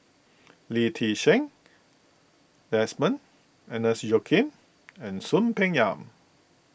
Lee Ti Seng Desmond Agnes Joaquim and Soon Peng Yam